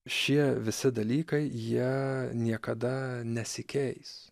šie visi dalykai jie niekada nesikeis